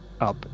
up